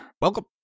welcome